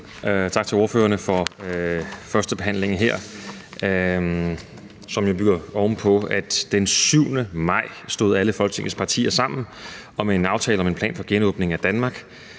Tak til ordførerne for førstebehandlingen her, som jo bygger oven på, at alle Folketingets partier den 7. maj stod sammen om en aftale om en plan for genåbningen af Danmark.